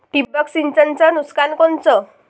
ठिबक सिंचनचं नुकसान कोनचं?